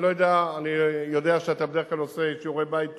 אני יודע שאתה בדרך כלל עושה שיעורי-בית טובים.